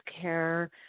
care